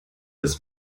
ist